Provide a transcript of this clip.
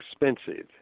expensive